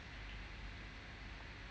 mm ya